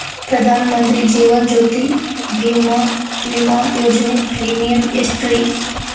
ಪ್ರಧಾನ ಮಂತ್ರಿ ಜೇವನ ಜ್ಯೋತಿ ಭೇಮಾ, ವಿಮಾ ಯೋಜನೆ ಪ್ರೇಮಿಯಂ ಎಷ್ಟ್ರಿ?